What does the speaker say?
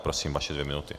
Prosím, vaše dvě minuty.